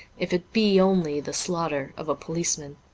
if it be only the slaughter of a policeman.